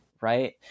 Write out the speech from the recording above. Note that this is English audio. right